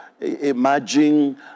emerging